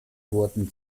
wurden